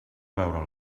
veure